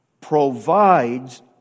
provides